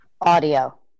Audio